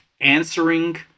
answering